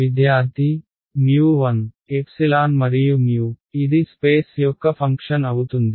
విద్యార్థి 1 మరియు ఇది స్పేస్ యొక్క ఫంక్షన్ అవుతుంది